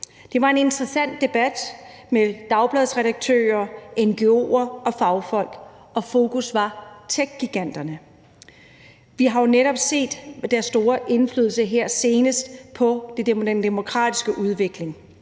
Det var en interessant debat med dagbladsredaktører, ngo'er og fagfolk, og fokus var techgiganterne. Vi har jo netop her seneste set deres store indflydelse på den demokratiske udvikling.